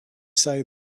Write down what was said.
say